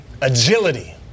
agility